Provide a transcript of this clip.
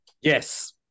Yes